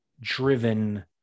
driven